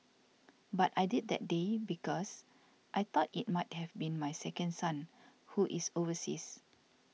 but I did that day because I thought it might have been my second son who is overseas